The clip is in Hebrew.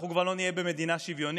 אנחנו כבר לא נהיה במדינה שוויונית,